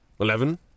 Eleven